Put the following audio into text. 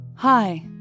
Hi